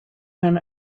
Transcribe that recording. when